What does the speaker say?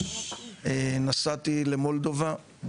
נסעתי למולדובה,